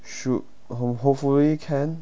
should hopefully can